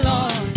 Lord